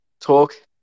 talk